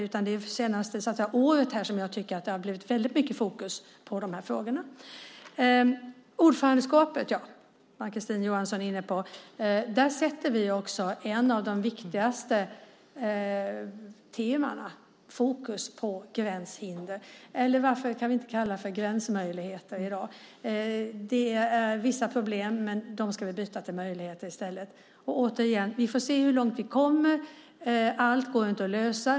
Det är först under det senaste året som det har blivit mycket fokus på dessa frågor. Ann-Kristine Johansson var inne på ordförandeskapet. Där sätter vi viktigt fokus på gränshinder. Eller varför kan vi inte kalla det för gränsmöjligheter? Det finns vissa problem, men dem ska vi ändra till möjligheter. Vi får se hur långt vi kommer. Allt går inte att lösa.